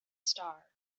star